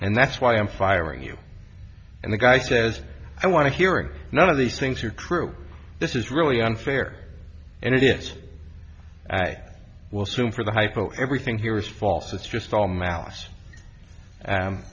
and that's why i'm firing you and the guy says i want to hear it none of these things are true this is really unfair and it is will soon for the hypo everything here is false it's just all m